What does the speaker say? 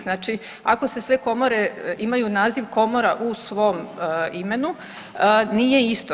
Znači, ako sve Komore imaju naziv Komora u svom imenu nije isto.